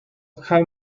how